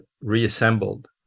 reassembled